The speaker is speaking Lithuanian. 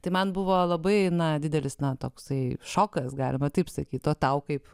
tai man buvo labai na didelis na toksai šokas galima taip sakyti o tau kaip